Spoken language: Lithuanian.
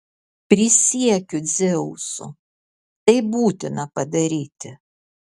prisiekiu dzeusu tai būtina padaryti